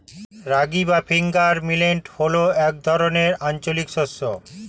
রাগী বা finger millet হল এক ধরনের আঞ্চলিক শস্য